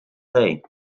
day